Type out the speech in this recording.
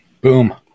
Boom